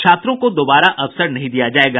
छात्रों को दोबारा अवसर नहीं दिया जायेगा